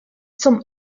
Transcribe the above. zum